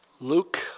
Luke